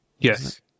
Yes